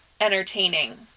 entertaining